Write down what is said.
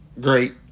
great